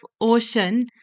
ocean